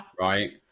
right